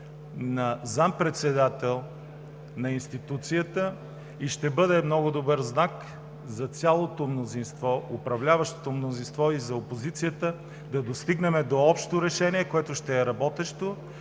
за заместник-председател на институцията и ще бъде много добър знак за цялото управляващо мнозинство и опозицията да достигнем до общо решение, което ще е работещо